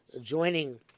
joining